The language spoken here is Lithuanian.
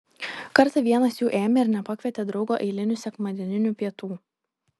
kartą vienas jų ėmė ir nepakvietė draugo eilinių sekmadieninių pietų